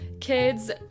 Kids